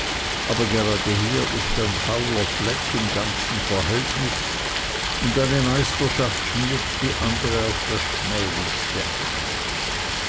aber gerade hier ist ein fauler fleck im ganzen verhältnis und eine meisterschaft schmiert die andere auf das schmählichste an